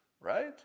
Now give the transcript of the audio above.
right